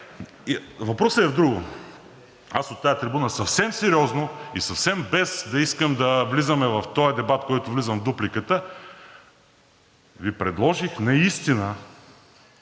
Въпросът е в друго. Аз от тази трибуна съвсем сериозно и съвсем без да искам да влизаме в този дебат, в който влизам в дупликата, Ви предложих наистина